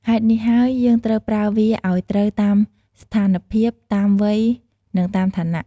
ហេតុនេះហើយ យើងត្រូវប្រើវាឲ្យត្រូវតាមស្ថានភាព តាមវ័យ និងតាមឋានៈ។